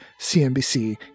CNBC